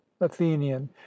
athenian